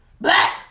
Black